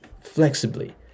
flexibly